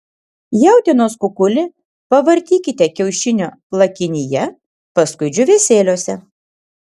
jautienos kukulį pavartykite kiaušinio plakinyje paskui džiūvėsėliuose